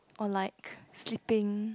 or like sleeping